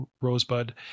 Rosebud